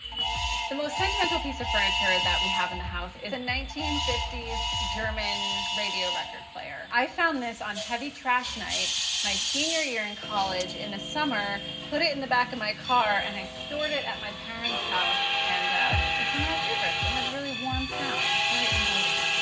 the most sentimental piece of furniture that we have in the house is a nineteen fifty s german radio record player. i found this on heavy trash night my senior year of college in the summer, put it in the back of my car, and i stored it at my parent's house. and it's one of my favorites! it has really warm sound. it's very inviting.